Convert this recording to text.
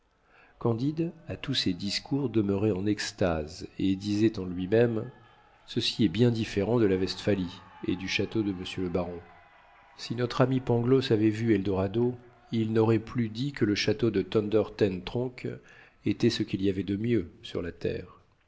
candide à tous ces discours demeurait en extase et disait en lui-même ceci est bien différent de la vestphalie et du château de monsieur le baron si notre ami pangloss avait vu eldorado il n'aurait plus dit que le château de thunder ten tronckh était ce qu'il y avait de mieux sur la terre